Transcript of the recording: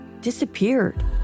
disappeared